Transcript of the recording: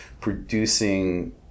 producing